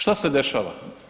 Šta se dešava?